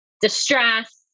distress